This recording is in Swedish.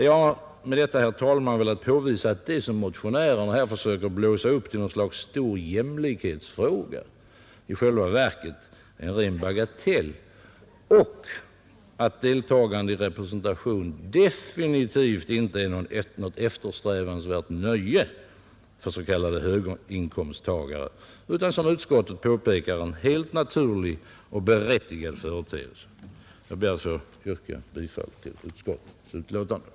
Jag har med detta, herr talman, velat påvisa att det som motionärerna försöker blåsa upp till något slags stor jämlikhetsfråga i själva verket är en ren bagatell och att deltagande i representation definitivt inte är något eftersträvansvärt nöje för s.k. höginkomsttagare utan — som utskottet påpekar — en helt naturlig och berättigad företeelse. Herr talman! Jag ber att få yrka bifall till utskottets hemställan.